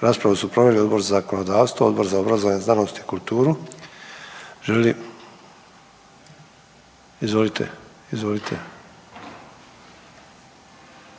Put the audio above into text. Raspravu su proveli Odbor za zakonodavstvo, Odbor za obrazovanje, znanost i kulturu.